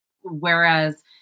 Whereas